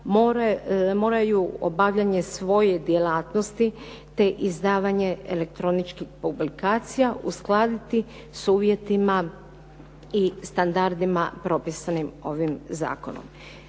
moraju obavljanje svoje djelatnosti te izdavanje elektroničkih publikacija uskladiti s uvjetima i standardima propisanim ovim zakonom.